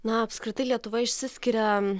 na apskritai lietuva išsiskiria